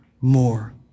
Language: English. more